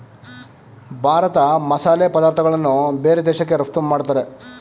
ಭಾರತ ಮಸಾಲೆ ಪದಾರ್ಥಗಳನ್ನು ಬೇರೆ ದೇಶಕ್ಕೆ ರಫ್ತು ಮಾಡತ್ತರೆ